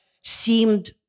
seemed